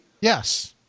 Yes